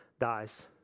dies